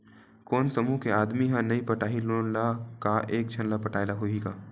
कोन समूह के आदमी हा नई पटाही लोन ला का एक झन ला पटाय ला होही का?